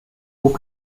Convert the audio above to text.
hauts